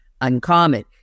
uncommon